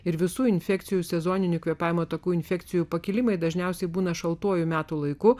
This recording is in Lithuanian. ir visų infekcijų sezoninių kvėpavimo takų infekcijų pakilimai dažniausiai būna šaltuoju metų laiku